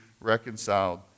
reconciled